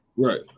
Right